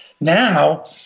now